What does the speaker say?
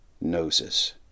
noses